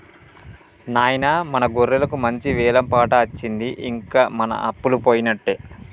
నాయిన మన గొర్రెలకు మంచి వెలం పాట అచ్చింది ఇంక మన అప్పలు పోయినట్టే